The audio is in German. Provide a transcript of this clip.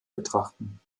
betrachten